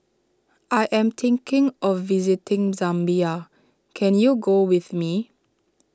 I am thinking of visiting Zambia can you go with me